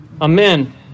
Amen